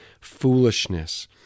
foolishness